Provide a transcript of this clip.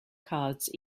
cards